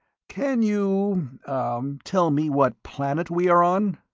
can you ah tell me what planet we are on?